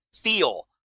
feel